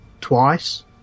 twice